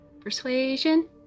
Persuasion